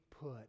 put